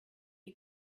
you